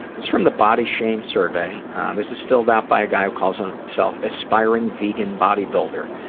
is from the body shame survey and this is filled out by a guy who calls ah himself aspiring vegan body builder.